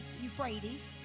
Euphrates